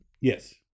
Yes